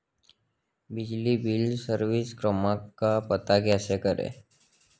बिजली bill service क्रमांक का पता कैसे करें?